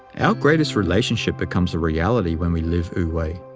our greatest relationship becomes a reality when we live wu-wei.